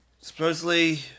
Supposedly